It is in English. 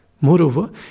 Moreover